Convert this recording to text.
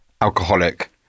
alcoholic